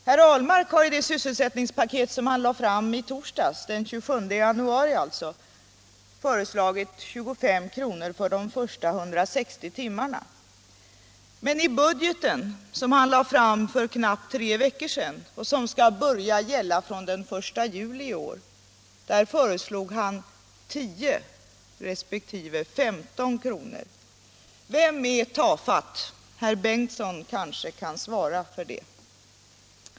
Herr Ahlmark har i det sysselsättningspaket som han lade fram i torsdags — alltså den 27 januari —- föreslagit 25 kr. för de första 160 timmarna. Men i budgeten, som han lade fram för knappt tre veckor sedan och som skall börja gälla från den 1 juli i år, föreslog han 10 resp. 15 kr. Vem är tafatt? Herr förste vice talmannen Bengtson kanske kan svara på det.